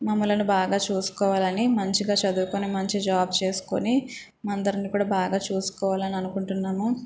మమ్మలను బాగా చూసుకోవాలని మంచిగా చదువుకొని మంచి జాబ్ చేసుకుని అందరిని కూడా బాగా చూసుకోవాలని అనుకుంటున్నాము